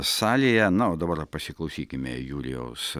salėje na o dabar pasiklausykime jurijaus